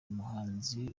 umuhanzi